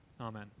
Amen